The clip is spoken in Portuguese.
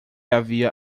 havia